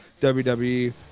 WWE